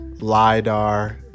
lidar